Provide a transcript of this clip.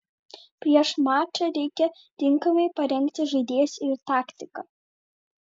prieš mačą reikia tinkamai parengti žaidėjus ir taktiką